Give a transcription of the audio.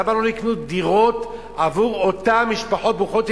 למה לא נקנו דירות עבור אותן משפחות ברוכות ילדים?